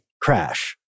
crash